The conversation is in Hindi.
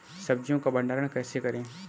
सब्जियों का भंडारण कैसे करें?